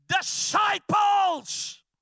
disciples